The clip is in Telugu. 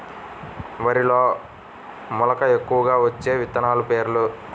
వరిలో మెలక ఎక్కువగా వచ్చే విత్తనాలు పేర్లు?